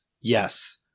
yes